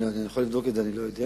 אני יכול לבדוק את זה, אני לא יודע.